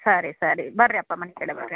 ಸರಿ ಸರಿ ಬರ್ರಿಯಪ್ಪ ಮನೆ ಕಡೆ ಬರ್ರಿ ಹಾಂ